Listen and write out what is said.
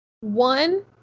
One